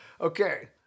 Okay